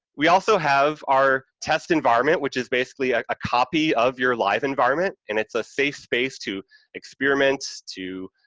we also have our test environment, which is basically a copy of your live environment, and it's a safe space to experiment, to,